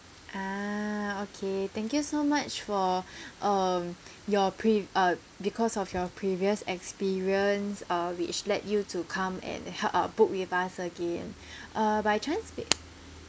ah okay thank you so much for um your prev~ uh because of your previous experience uh which lead you to come and help uh book with us again uh by chance